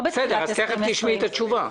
לא בתחילת שנת 2020. תיכף תשמעי את התשובה.